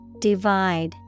Divide